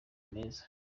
meza